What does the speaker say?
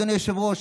אדוני היושב-ראש,